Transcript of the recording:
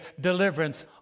deliverance